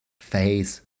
phase